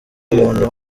umuntu